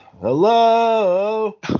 hello